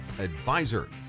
advisor